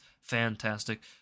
fantastic